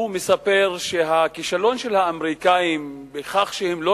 הוא מספר שהכישלון של האמריקנים בכך שהם לא